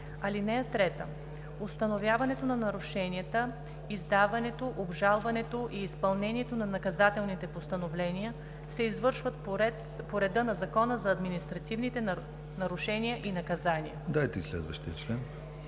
лица. (3) Установяването на нарушенията, издаването, обжалването и изпълнението на наказателните постановления се извършват по реда на Закона за административните нарушения и наказания.“ Комисията